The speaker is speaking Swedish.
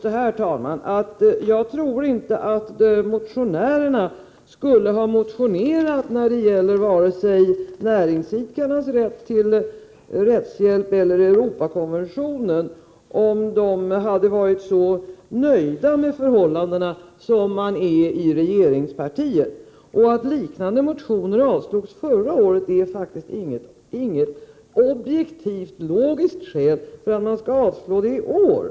Jag tror inte att motionärerna skulle ha motionerat om vare sig näringsidkarnas rätt till rättshjälp eller Europakonventionen, ifall de hade varit så nöjda med förhållandena som man är i regeringspartiet. Och att liknande motioner avslogs förra året är faktiskt inget objektivt logiskt skäl för att man skall avslå motionerna i år.